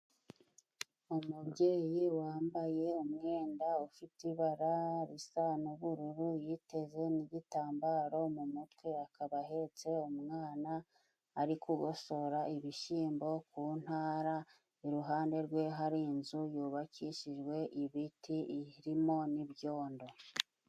Umubyeyi wambaye umwenda ufite ibara risa n'ubururu yiteze n'igitambaro mu mutwe ,akaba ahetse umwana ari kugosora ibishyimbo ku ntara, iruhande rwe hari inzu yubakishijwe ibiti irimo n'ibyondo.